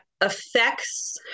affects